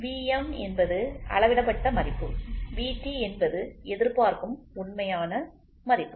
Vm என்பது அளவிடப்பட்ட மதிப்பு Vt என்பது எதிர்பார்க்கும் உண்மையான மதிப்பு